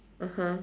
(uh huh)